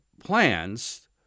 plans